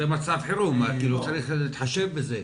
זה מצב חירום, צריך להתחשב בזה.